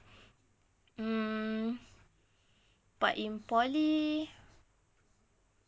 mm but in poly